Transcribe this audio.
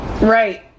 Right